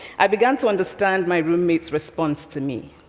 i began to understand my roommate's response to me.